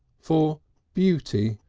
for beauty.